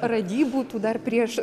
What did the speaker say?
radybų tų dar prieš